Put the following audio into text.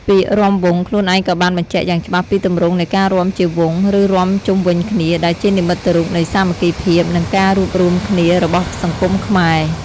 ពាក្យ "រាំវង់" ខ្លួនឯងក៏បានបញ្ជាក់យ៉ាងច្បាស់ពីទម្រង់នៃការរាំជាវង់ ឬរាំជុំវិញគ្នា ដែលជានិមិត្តរូបនៃសាមគ្គីភាព និងការរួបរួមគ្នារបស់សង្គមខ្មែរ។